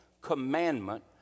commandment